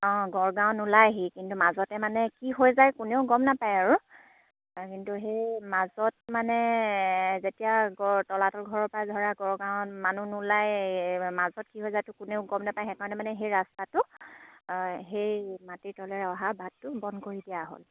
অঁ গড়গাঁও নোলায়হি কিন্তু মাজতে মানে কি হৈ যায় কোনেও গম নাপায় আৰু কিন্তু সেই মাজত মানে যেতিয়া গড় তলাতল ঘৰৰ পৰা ধৰা গড়গাঁৱত মানুহ নোলায় মাজত কি হৈ যায়তো কোনেও গম নাপায় সেইকাৰণে মানে সেই ৰাস্তাটো সেই মাটিৰ তলেৰে অহা বাটটো বন্ধ কৰি দিয়া হ'ল